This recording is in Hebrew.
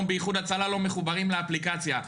באיחוד הצלה לא מחוברים לאפליקציה,